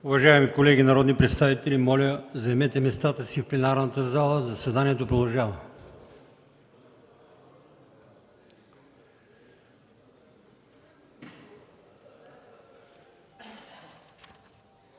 Уважаеми колеги народни представители, моля, заемете местата си в пленарната зала – заседанието продължава.